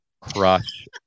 crush